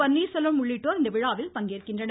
பன்னீர்செல்வம் உள்ளிட்டோர் விழாவில் கலந்துகொள்கின்றனர்